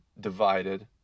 divided